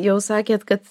jau sakėt kad